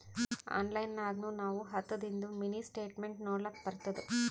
online ನಾಗ್ನು ನಾವ್ ಹತ್ತದಿಂದು ಮಿನಿ ಸ್ಟೇಟ್ಮೆಂಟ್ ನೋಡ್ಲಕ್ ಬರ್ತುದ